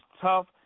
tough